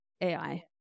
AI